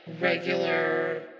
regular